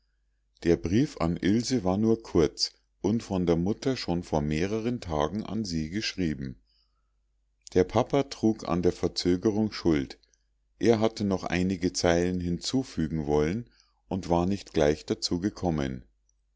der brief an ilse war nur kurz und von der mutter schon vor mehreren tagen an sie geschrieben der papa trug an der verzögerung schuld er hatte noch einige zeilen hinzufügen wollen und war nicht gleich dazu gekommen